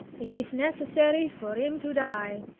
it is necessary for im to die.